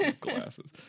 Glasses